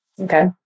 Okay